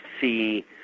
see